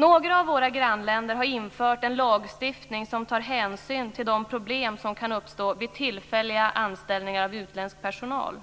Några av våra grannländer har infört en lagstiftning som tar hänsyn till de problem som kan uppstå vid tillfälliga anställningar av utländsk personal.